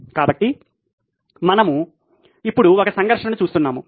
కాబట్టి ఇప్పుడు మనము ఒక సంఘర్షణను చూస్తున్నాము